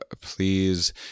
please